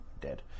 dead